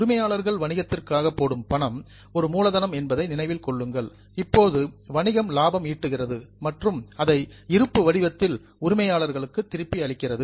உரிமையாளர்கள் வணிகத்திற்காக போடும் பணம் ஒரு மூலதனம் என்பதை நினைவில் வைத்திருங்கள் இப்போது வணிகம் லாபம் ஈட்டுகிறது மற்றும் அதை இருப்பு வடிவத்தில் உரிமையாளர்களுக்கு திருப்பி அளிக்கிறது